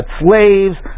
slaves